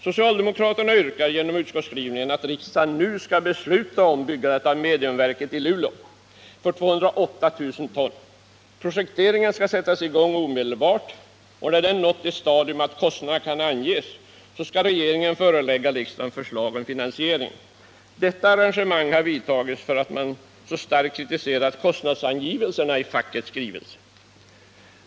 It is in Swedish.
Socialdemokraterna yrkar genom utskottsskrivningen att riksdagen nu skall besluta om byggande av ett mediumvalsverk i Luleå för 208 000 ton. Projekteringen skall sättas i gång omedelbart, och när den har nått det stadium att kostnaderna kan anges skall regeringen förelägga riksdagen förslag om finansieringen. Detta arrangemang har vidtagits, därför att man så starkt har kritiserat kostnadsangivelserna i fackets skrivelse.